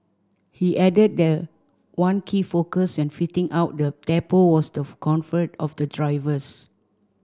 he added that one key focus when fitting out the depot was the comfort of the drivers